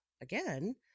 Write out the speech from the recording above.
again